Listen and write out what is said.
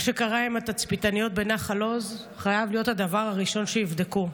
מה שקרה עם התצפיתניות בנחל עוז חייב להיות הדבר הראשון שיבדקו,